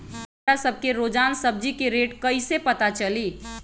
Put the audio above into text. हमरा सब के रोजान सब्जी के रेट कईसे पता चली?